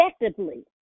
Effectively